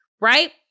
right